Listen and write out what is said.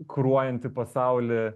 kuruojanti pasaulį